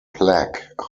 plaque